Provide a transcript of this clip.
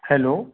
hello